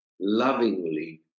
lovingly